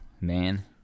man